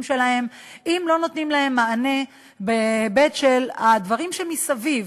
שלהם אם לא נותנים להם מענה בהיבט של הדברים שמסביב?